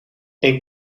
een